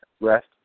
rest